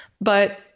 But-